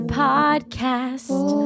podcast